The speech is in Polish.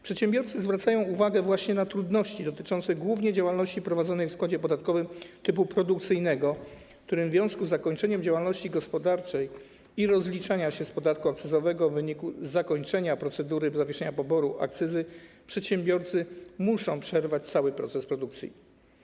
Przedsiębiorcy zwracają uwagę właśnie na trudności dotyczące głównie działalności prowadzonej w składzie podatkowym typu produkcyjnego, w którym w związku z zakończeniem działalności gospodarczej i rozliczaniem się z podatku akcyzowego w wyniku zakończenia procedury zawieszenia poboru akcyzy przedsiębiorcy muszą przerwać cały proces produkcyjny.